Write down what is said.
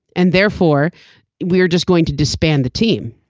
and therefore we're just going to disband the team.